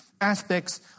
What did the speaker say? aspects